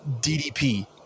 DDP